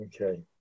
Okay